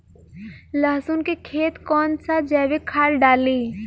लहसुन के खेत कौन सा जैविक खाद डाली?